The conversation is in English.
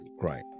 Right